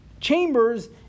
chambers